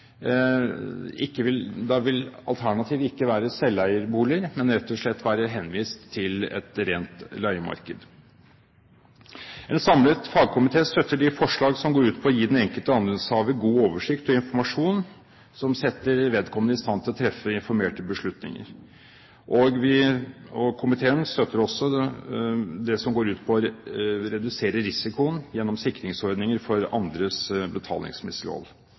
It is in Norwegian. ikke alternativet være selveierboliger, men de vil rett og slett være henvist til et rent leiemarked. En samlet fagkomité støtter de forslag som går ut på å gi den enkelte andelshaver god oversikt og informasjon som setter vedkommende i stand til å treffe informerte beslutninger. Komiteen støtter også det som går ut på å redusere risikoen gjennom sikringsordninger for andres